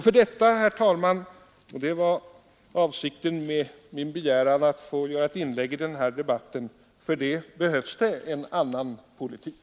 För detta, herr talman — och det var anledningen till min begäran att få göra ett inlägg i denna debatt — behövs det en annan politik.